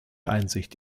einsicht